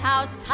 House